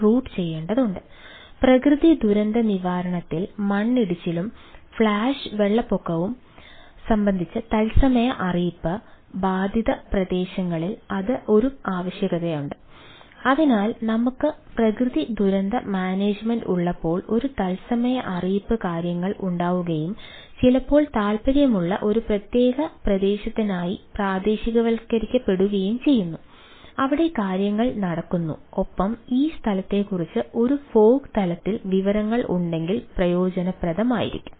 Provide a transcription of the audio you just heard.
ഓരോ തലത്തിൽ വിവരങ്ങൾ ഉണ്ടെങ്കിൽ ഉപയോഗപ്രദമാകാം